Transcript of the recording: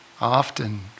Often